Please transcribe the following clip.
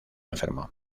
enfermo